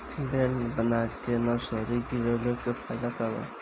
Bed बना के nursery गिरवले के का फायदा बा?